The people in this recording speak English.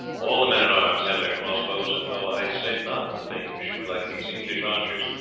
all the men-at-arms have their cross-bows, and though i say not that they can shoot like these english archers,